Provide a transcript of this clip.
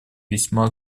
весьма